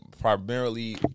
Primarily